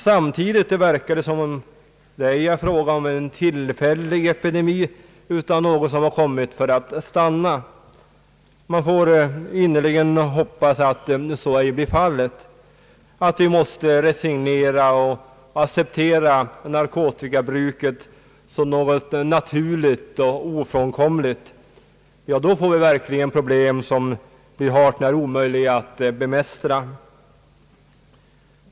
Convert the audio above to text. Samtidigt verkar det som om det inte är fråga om en tillfällig epidemi utan om något som kommit för att stanna, men man får innerligen hoppas att så inte blir fallet. Om vi måste resignera och acceptera narkotikabruket som något naturligt och ofrånkomligt, då får vi verkligen problem som är hart när omöjliga att bemästra.